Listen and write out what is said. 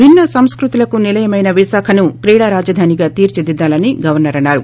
భిన్న సంస్కృతులకు నిలయమమైన విశాఖను క్రీడా రాజధానిగా తీర్చిదిద్దుతామని గవర్సర్ అన్నారు